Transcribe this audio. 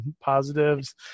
positives